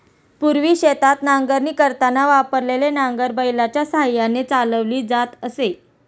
पूर्वी शेतात नांगरणी करताना वापरलेले नांगर बैलाच्या साहाय्याने चालवली जात असे